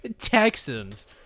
Texans